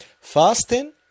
fasting